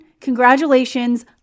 Congratulations